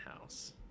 house